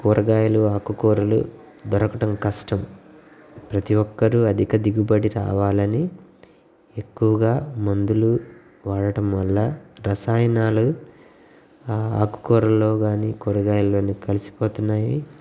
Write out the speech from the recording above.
కూరగాయలు ఆకుకూరలు దొరకడం కష్టం ప్రతి ఒక్కరూ అధిక దిగుబడి రావాలని ఎక్కువగా మందులు వాడటం వల్ల రసాయనాలు ఆ ఆకుకూరల్లో గానీ కూరగాయల్లో కలిసిపోతున్నాయి